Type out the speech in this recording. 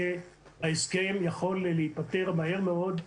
ההסכם יכול להיפתר מהר מאוד,